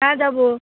হ্যাঁ যাবো